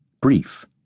Brief